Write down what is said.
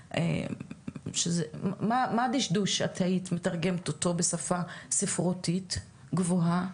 מה דשדוש היית מתרגמת אותו בשפה ספרותית גבוהה?